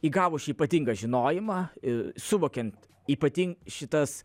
įgavusi ypatingą žinojimą ir suvokiant ypatingai šitas